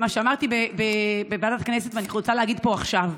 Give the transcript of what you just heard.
מה שאמרתי בוועדת הכנסת אני רוצה להגיד פה עכשיו: